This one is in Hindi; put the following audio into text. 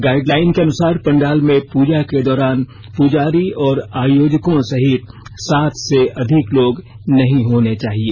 गाइडलाईन के अनुसार पंडाल में पूजा के दौरान पूजारी और आयोजकों सहित सात से अधिक लोग नहीं होने चाहिए